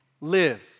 live